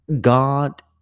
God